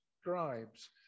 scribes